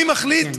מי מחליט?